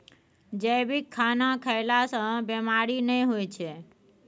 जैविक खाना खएला सँ बेमारी नहि होइ छै